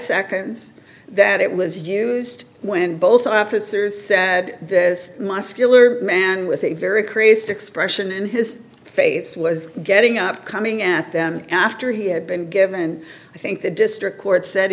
seconds that it was used when both officers said this muscular man with a very creased expression in his face was getting up coming at them after he had been given and i think the district court said